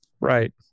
Right